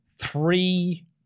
Three